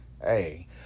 Hey